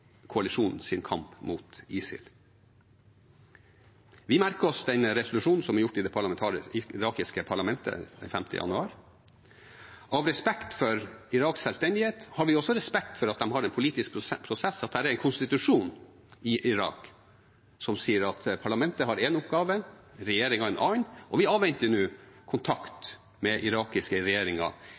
kamp mot ISIL. Vi merker oss den resolusjonen som ble gjort i det irakiske parlamentet den 5. januar. Av respekt for Iraks selvstendighet har vi også respekt for at de har en politisk prosess, og for at det er en konstitusjon i Irak som sier at parlamentet har én oppgave og regjeringen en annen, og vi avventer nå kontakt med den irakiske